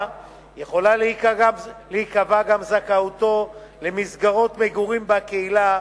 יכולה להיקבע גם זכאותו למסגרות מגורים בקהילה,